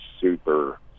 super